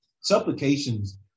Supplications